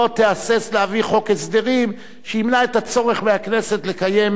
לא תהסס להביא חוק הסדרים שימנע את הצורך מהכנסת לקיים